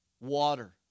water